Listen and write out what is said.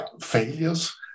failures